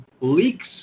leaks